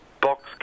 Box